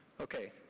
Okay